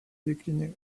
décliner